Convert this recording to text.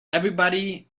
everybody